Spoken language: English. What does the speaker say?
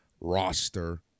roster